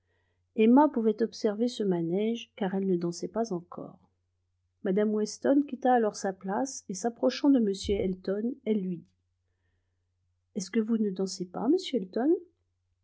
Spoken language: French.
emma pouvait observer ce manège car elle ne dansait pas encore mme weston quitta alors sa place et s'approchant de m elton elle lui dit est-ce que vous ne dansez pas monsieur elton